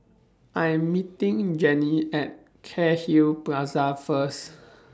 I Am meeting Jenni At Cairnhill Plaza First